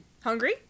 Hungry